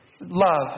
love